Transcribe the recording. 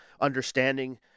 understanding